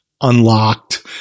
unlocked